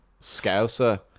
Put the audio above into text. Scouser